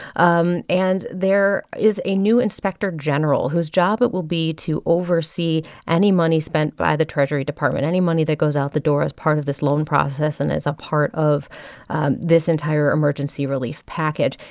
um and there is a new inspector general, whose job it will be to oversee any money spent by the treasury department, any money that goes out the door as part of this loan process and as a part of this entire emergency relief package.